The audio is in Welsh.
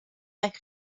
eich